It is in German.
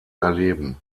erleben